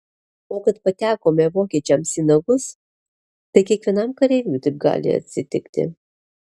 o kad patekome vokiečiams į nagus tai kiekvienam kareiviui taip gali atsitikti